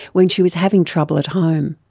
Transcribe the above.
when she was having trouble at home.